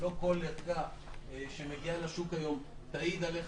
שלא כל ערכה שמגיעה לשוק היום תעיד עליך